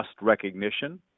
recognition